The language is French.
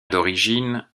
d’origine